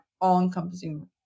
all-encompassing